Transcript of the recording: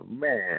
man